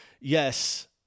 yes